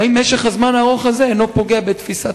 האם משך הזמן הארוך הזה אינו פוגע בתפיסת